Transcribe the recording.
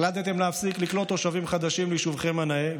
החלטתם להפסיק לקלוט תושבים חדשים ליישובכם הנאה,